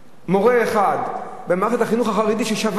מורה אחד במערכת החינוך החרדי ששבת,